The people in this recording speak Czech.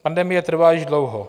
Pandemie trvá již dlouho.